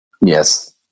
Yes